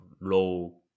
low